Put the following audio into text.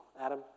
Adam